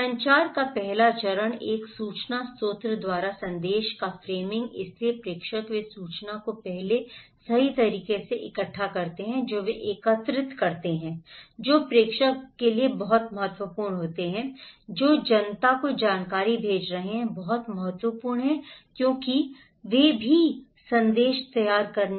संचार का पहला चरण एक सूचना स्रोत द्वारा संदेश का फ्रेमिंग है इसलिए प्रेषक वे सूचना को पहले सही तरीके से इकट्ठा करते हैं जो वे एकत्रित करते हैं जो प्रेषक बहुत महत्वपूर्ण होते हैं जो जनता को जानकारी भेज रहे हैं बहुत महत्वपूर्ण है क्योंकि वे भी हैं संदेश तैयार करना